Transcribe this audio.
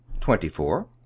Twenty-four